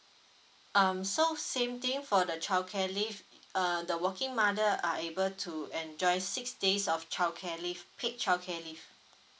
um so same thing for the childcare leave uh the working mother are able to enjoy six days of childcare leave paid childcare leave